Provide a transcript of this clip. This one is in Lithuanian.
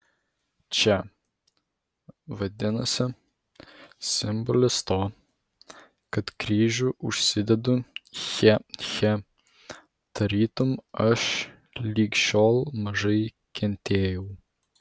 čia vadinasi simbolis to kad kryžių užsidedu che che tarytum aš lig šiol mažai kentėjau